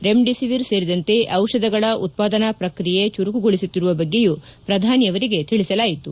remdesivir ಸೇರಿದಂತೆ ದಿಷಧಗಳ ಉತ್ಪಾದನಾ ಪ್ರಕ್ರಿಯೆ ಚುರುಕುಗೊಳಿಸುತ್ತಿರುವ ಬಗ್ಗೆಯೂ ಪ್ರಧಾನಿಯವರಿಗೆ ತಿಳಿಸಲಾಯಿತು